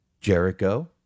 Jericho